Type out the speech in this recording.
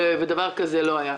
ודבר כזה לא היה.